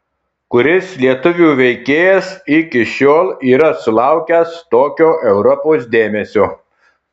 kuris lietuvių veikėjas iki šiol yra sulaukęs tokio europos dėmesio